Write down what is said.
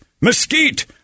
mesquite